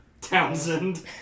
Townsend